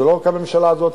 זה לא רק הממשלה הזאת,